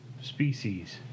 species